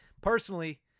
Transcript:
personally